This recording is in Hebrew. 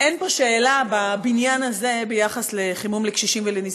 אין פה שאלה בבניין הזה ביחס לחימום לקשישים ולנזקקים.